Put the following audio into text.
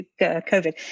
COVID